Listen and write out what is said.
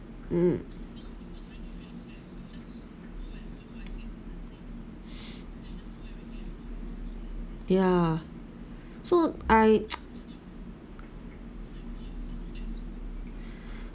mm ya so I